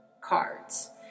cards